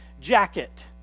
jacket